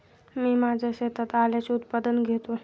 मी माझ्या शेतात आल्याचे उत्पादन घेतो